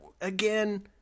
again